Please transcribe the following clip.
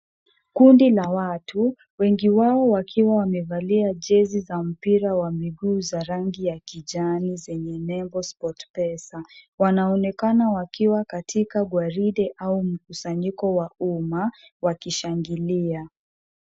Kundi la watu, wengi wao wakiwa wamevalia jezi za mpira kwa miguu za rangi ya kijani zenye nembo Sportpesa. Wanaonekana wakiwa katika gwaride au mkusanyiko wa umma wakishangilia.